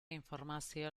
informazio